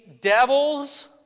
devil's